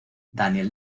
daniel